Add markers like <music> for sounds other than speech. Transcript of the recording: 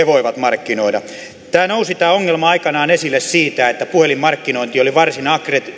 <unintelligible> voi markkinoida tämä ongelma nousi aikanaan esille siitä että puhelinmarkkinointi oli varsin